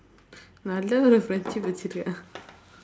நல்ல ஒரு:nalla oru friendship வச்சிருக்கேன்:vachsirukkeen